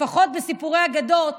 לפחות בסיפורי אגדות